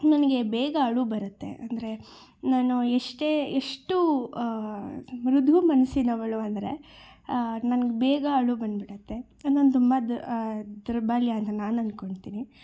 ನನಗೆ ಬೇಗ ಅಳು ಬರುತ್ತೆ ಅಂದರೆ ನಾನು ಎಷ್ಟೇ ಎಷ್ಟು ಮೃದು ಮನಸ್ಸಿನವಳು ಅಂದರೆ ನನ್ಗೆ ಬೇಗ ಅಳು ಬಂದುಬಿಡುತ್ತೆ ನನ್ನ ತುಂಬ ದೌರ್ಬಲ್ಯ ಅಂತ ನಾನು ಅಂದ್ಕೋತಿನಿ